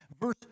Verse